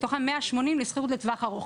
מתוכם 180 לשכירות לטווח ארוך.